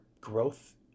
growth